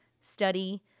study